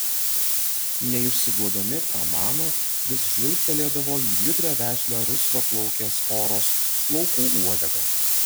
neišsiduodami ką mano vis žvilgtelėdavo į judrią vešlią rusvaplaukės toros plaukų uodegą